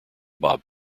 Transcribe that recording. bob